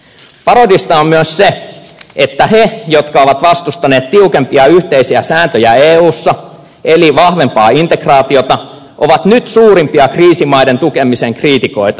parodista on myös se että ne jotka ovat vastustaneet tiukempia yhteisiä sääntöjä eussa eli vahvempaa integraatiota ovat nyt suurimpia kriisimaiden tukemisen kriitikoita